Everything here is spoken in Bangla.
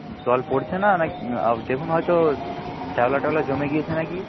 জল পড়ছে না না দেখুন হয়তো শ্যাওলা ট্যাওলা জমে গিয়েছে না কি